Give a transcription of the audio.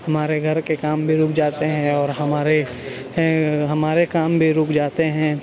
ہمارے گھر کے کام بھی رک جاتے ہیں اور ہمارے ہمارے کام بھی رک جاتے ہیں